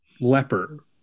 leper